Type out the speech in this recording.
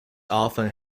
often